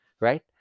right